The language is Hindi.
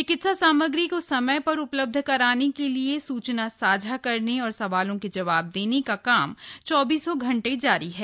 चिकित्सा सामग्री को समय पर उपलब्ध कराने के लिए सूचना साझा करने और सवालों के जवाब देने का काम चौबीसों घंटे जारी है